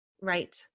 Right